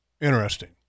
Interesting